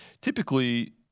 Typically